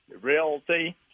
Realty